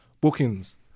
bookings